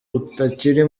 utakiri